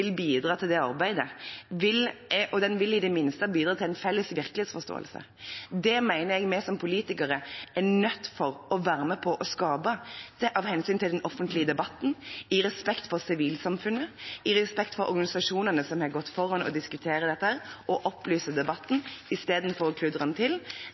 bidra til det arbeidet, den vil i det minste bidra til en felles virkelighetsforståelse. Det mener jeg vi som politikere er nødt til å være med og skape – av hensyn til den offentlige debatten, i respekt for sivilsamfunnet, i respekt for organisasjonene som har gått foran og diskuterer dette og opplyser debatten, istedenfor å kludre den til.